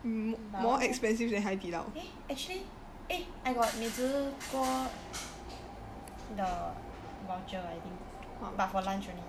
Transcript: but I want leh eh actually eh I got 美兹锅 the voucher leh I think but for lunch only